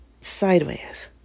sideways